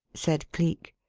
said cleek.